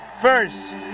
first